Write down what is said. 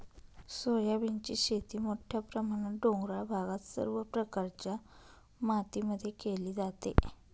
सोयाबीनची शेती मोठ्या प्रमाणात डोंगराळ भागात सर्व प्रकारच्या मातीमध्ये केली जाते